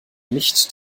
nicht